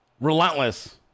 Relentless